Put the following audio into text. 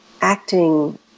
acting